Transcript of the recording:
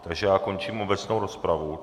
Takže já končím obecnou rozpravu.